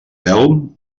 telm